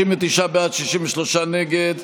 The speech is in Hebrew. אם אינני טועה,